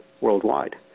worldwide